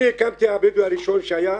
אני הקמתי, הבדואי הראשון שהיה,